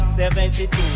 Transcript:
72